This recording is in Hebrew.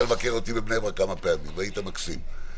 לבקר אותי בבני ברק כמה פעמים והיית מקסים.